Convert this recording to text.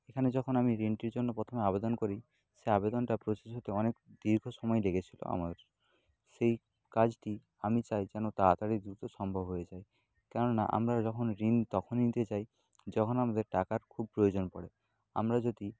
এখানে যখন আমি ঋণটির জন্য প্রথমে আবেদন করি সেই আবেদনটা প্রসেস হতে অনেক দীর্ঘ সময় লেগেছিলো আমার সেই কাজটি আমি চাই যেন তায়াতাড়ি দ্রুত সম্ভব হয়ে যায় কেননা আমরা যখন ঋণ তখনই নিতে চাই যখন আমাদের টাকার খুব প্রয়োজন পড়ে আমরা যদি